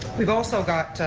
we've also got